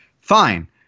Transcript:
Fine